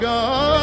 God